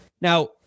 Now